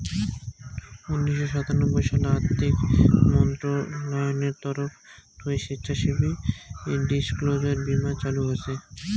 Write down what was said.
উনিশশো সাতানব্বই সালে আর্থিক মন্ত্রণালয়ের তরফ থুই স্বেচ্ছাসেবী ডিসক্লোজার বীমা চালু হসে